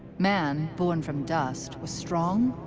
man, born from dust, was strong,